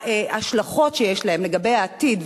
ההשלכות שיש עליהם לגבי העתיד,